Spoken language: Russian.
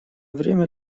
время